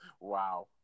Wow